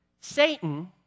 Satan